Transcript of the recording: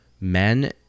men